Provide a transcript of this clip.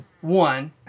One